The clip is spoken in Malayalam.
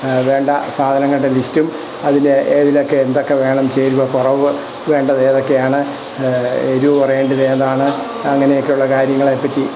വേണ്ട സാധനങ്ങളുടെ ലിസ്റ്റും അതിൽ ഏതിലൊക്കെ എന്തൊക്കെ വേണം ചേരുവ കുറവ് വേണ്ടത് ഏതൊക്കെയാണ് എരിവു കുറയേണ്ടത് ഏതാണ് അങ്ങനെയൊക്കെയുള്ള കാര്യങ്ങളെപ്പറ്റി